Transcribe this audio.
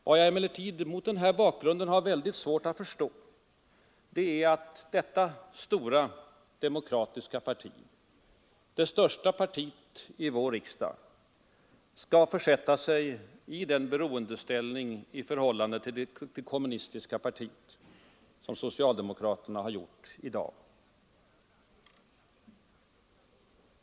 Vad jag emellertid mot den här bakgrunden har svårt att förstå är att detta stora demokratiska parti — det största partiet i vår riksdag — skall försätta sig i en sådan beroendeställning i förhållande till det kommunistiska partiet som socialdemokraterna har gjort i dag.